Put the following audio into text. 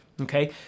okay